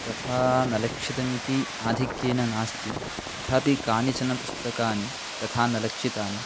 तथा न लक्षितमिति आधिक्येन नास्ति तथापि कानिचन पुस्तकानि तथा न लक्षितानि